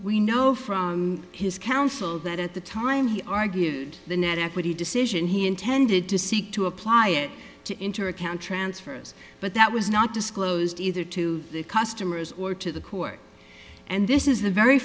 we know from his counsel that at the time he argued the net equity decision he intended to seek to apply it to into account transfers but that was not disclosed either to the customers or to the court and this is the very